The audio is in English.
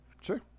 Sure